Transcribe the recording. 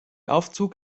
aufzug